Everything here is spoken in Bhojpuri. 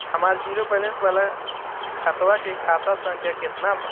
हमार जीरो बैलेंस वाला खतवा के खाता संख्या केतना बा?